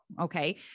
Okay